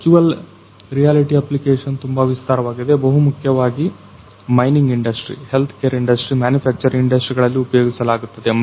virtual reality application ತುಂಬಾ ವಿಸ್ತಾರವಾಗಿದೆ ಬಹುಮುಖ್ಯವಾಗಿ mining industry health care industry ಮತ್ತು ಮ್ಯಾನುಫ್ಯಾಕ್ಚರಿಂಗ್ ಇಂಡಸ್ಟ್ರಿ ಗಳಲ್ಲಿ ಉಪಯೋಗಿಸಲಾಗುತ್ತದೆ